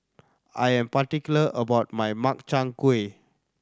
I am particular about my Makchang Gui